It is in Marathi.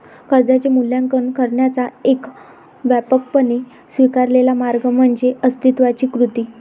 कर्जाचे मूल्यांकन करण्याचा एक व्यापकपणे स्वीकारलेला मार्ग म्हणजे अस्तित्वाची कृती